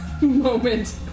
Moment